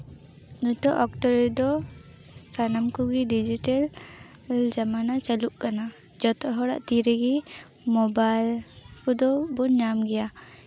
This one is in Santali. ᱱᱤᱛᱚᱜ ᱚᱠᱛᱚ ᱨᱮᱫᱚ ᱥᱟᱱᱟᱢ ᱠᱚᱜᱮ ᱰᱤᱡᱤᱴᱮᱞ ᱡᱟᱢᱟᱱᱟ ᱪᱟᱹᱞᱩᱜ ᱠᱟᱱᱟ ᱡᱚᱛᱚᱦᱚᱲᱟᱜ ᱛᱤ ᱨᱮᱜᱮ ᱢᱚᱵᱟᱭᱤᱞ ᱠᱚᱫᱚ ᱵᱚᱱ ᱧᱟᱢ ᱜᱮᱭᱟ